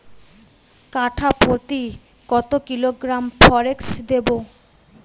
কাঠাপ্রতি কত কিলোগ্রাম ফরেক্স দেবো?